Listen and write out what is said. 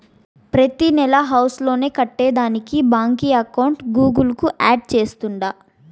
ప్రతినెలా house loan కట్టేదానికి బాంకీ అకౌంట్ గూగుల్ కు యాడ్ చేస్తాండా